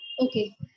Okay